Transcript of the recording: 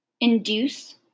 induce